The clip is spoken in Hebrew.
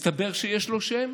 אבל מסתבר שיש לו שם: